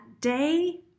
day